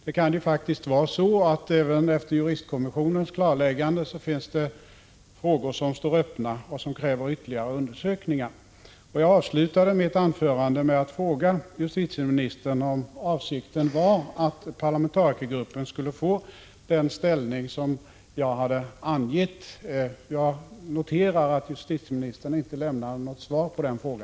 Det kan ju faktiskt vara så, att även efter juristkommissionens utredning frågor kommer att stå öppna, vilket kräver ytterligare undersökningar. Jag avslutade mitt anförande med att fråga justitieministern om avsikten var att parlamentarikergruppen skulle få den ställning som jag hade angett. Jag noterar att justitieministern inte lämnar något svar på denna fråga.